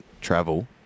travel